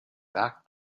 backed